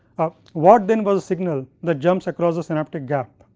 what then was signal that jumps across the synaptic gap,